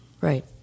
Right